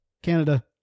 Canada